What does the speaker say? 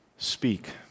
speak